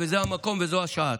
וזה המקום וזו השעה.